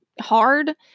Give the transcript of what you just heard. hard